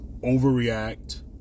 overreact